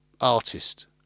artist